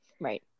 right